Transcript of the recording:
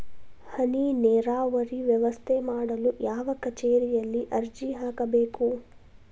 ಹನಿ ನೇರಾವರಿ ವ್ಯವಸ್ಥೆ ಮಾಡಲು ಯಾವ ಕಚೇರಿಯಲ್ಲಿ ಅರ್ಜಿ ಹಾಕಬೇಕು?